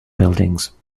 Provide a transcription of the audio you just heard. buildings